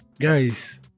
guys